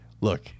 look